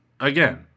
Again